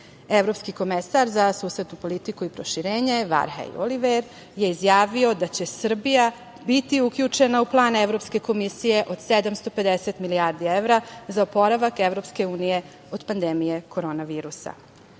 Evropski komesar za susedsku politiku i proširenje Varheji Oliver je izjavio da će Srbija biti uključena u plan Evropske komisije od 750 milijardi evra za oporavak EU od pandemije korona